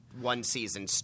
One-season